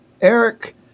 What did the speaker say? Eric